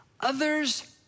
others